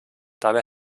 dabei